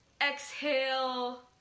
Exhale